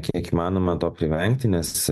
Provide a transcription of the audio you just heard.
kiek įmanoma to privengti nes